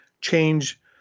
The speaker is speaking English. change